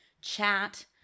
chat